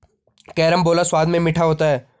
carambola स्वाद में मीठा होता है